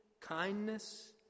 kindness